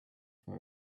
from